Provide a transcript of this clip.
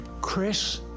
Chris